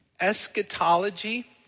Eschatology